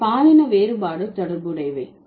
இவை பாலின வேறுபாடு தொடர்புடையவை